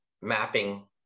mapping